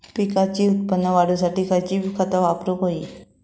पिकाचा उत्पन वाढवूच्यासाठी कसली खता वापरूक होई?